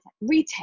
retail